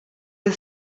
der